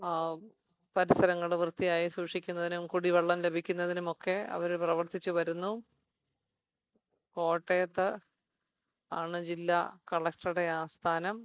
ആ പരിസരങ്ങള് വൃത്തിയായി സൂക്ഷിക്കുന്നതിനും കുടിവെള്ളം ലഭിക്കുന്നതിനുമൊക്കെ അവര് പ്രവർത്തിച്ചു വരുന്നു കോട്ടയത്ത് ആണ് ജില്ലാ കളക്ടറുടെ ആസ്ഥാനം